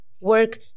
work